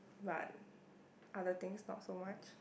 but other things not so much